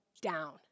down